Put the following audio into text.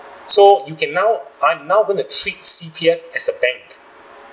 so you can now I'm now going to treat C_P_F as a bank